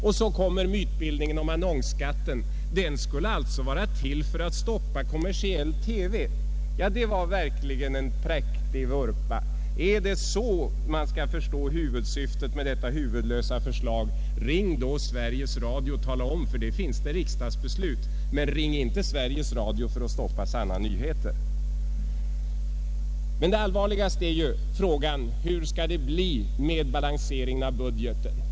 Och så kommer mytbildningen om annonsskatten. Den skulle alltså vara till för att stoppa kommersiell TV. Det var verkligen en präktig vurpa. Om det är så man skall förstå huvudsyftet med detta huvudlösa förslag, ring då Sveriges Radio och tala om att det finns riksdagsbeslut. Men ring inte Sveriges Radio för att stoppa sanna nyheter. Men det allvarligaste är frågan hur det skall bli med balanseringen av budgeten.